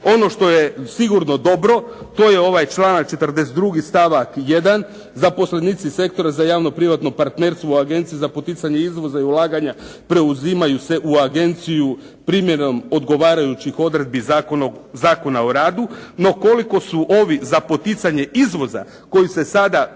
Ono što je sigurno dobro to je ovaj članak 42. stavak 1. zaposlenici sektora za javno privatno partnerstvo u agenciji za poticanje izvoza i ulaganja preuzimaju se u agenciju primjenom odgovarajućih odredbi Zakona o radu, no koliko su ovi za poticanje izvoza koji se sada